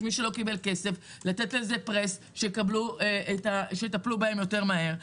ומי שלא קיבל כסף להפעיל לחץ שיטפלו בהם מהר יותר,